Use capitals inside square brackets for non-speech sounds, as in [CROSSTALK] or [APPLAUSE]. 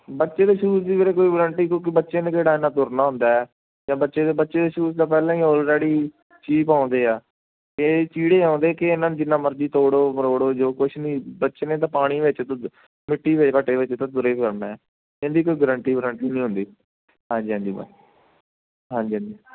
ਬੱਚੇ ਦੇ ਸ਼ੂਜ਼ ਦੀ ਵੀਰੇ ਕੋਈ ਵਾਰੰਟੀ ਕਿਉਂਕਿ ਬੱਚੇ ਨੇ ਕਿਹੜਾ ਇੰਨਾਂ ਤੁਰਨਾ ਹੁੰਦਾ ਜਾਂ ਬੱਚੇ ਦੇ ਬੱਚੇ ਦੇ ਸ਼ੂਜ ਤਾਂ ਪਹਿਲਾਂ ਹੀ ਆਲਰੇਡੀ ਚੀਪ ਆਉਂਦੇ ਆ ਇਹ ਚੀੜੇ ਆਉਂਦੇ ਕਿ ਇਹਨਾਂ ਨੂੰ ਜਿੰਨਾਂ ਮਰਜ਼ੀ ਤੋੜੋ ਮਰੋੜੋ ਜੋ ਕੁਛ ਵੀ ਬੱਚੇ ਨੇ ਤਾਂ ਪਾਣੀ ਵਿੱਚ ਮਿੱਟੀ [UNINTELLIGIBLE] ਵਿੱਚ ਤੁਰੇ ਫਿਰਨਾ ਇਨਦੀ ਕੋਈ ਗਰੰਟੀ ਵਰੰਟੀ ਨਹੀਂ ਹੁੰਦੀ ਹਾਂਜੀ ਹਾਂਜੀ ਹਾਂਜੀ ਹਾਂਜੀ